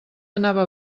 anava